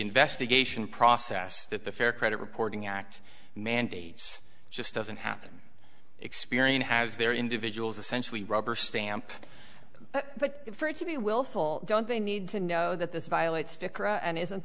investigation process that the fair credit reporting act mandates just doesn't happen experian has their individuals essentially rubber stamp but for it to be willful don't they need to know that this violates ficker and isn't